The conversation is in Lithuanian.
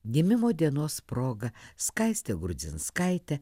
gimimo dienos proga skaistę grudzinskaitę